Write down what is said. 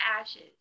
ashes